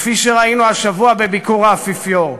כפי שראינו השבוע בביקור האפיפיור.